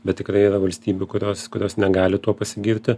bet tikrai yra valstybių kurios kurios negali tuo pasigirti